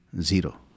zero